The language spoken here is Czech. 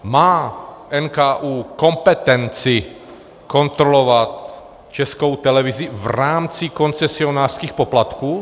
Má NKÚ kompetenci kontrolovat Českou televizi v rámci koncesionářských poplatků?